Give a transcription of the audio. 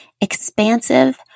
expansive